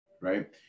right